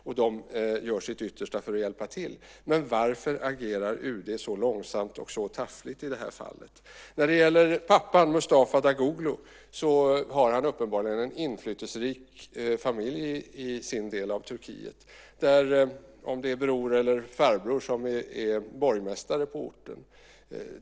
Och de gör sitt yttersta för att hjälpa till. Men varför agerar UD så långsamt och så taffligt i detta fall? Pappan, Mustafa Dagoglu, har uppenbarligen en inflytelserik familj i sin del av Turkiet. Hans bror eller farbror är borgmästare på orten.